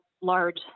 large